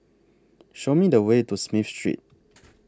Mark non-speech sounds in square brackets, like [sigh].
Show Me The Way to Smith Street [noise]